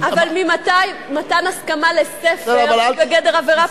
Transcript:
אבל ממתי מתן הסכמה לספר הוא בגדר עבירה פלילית?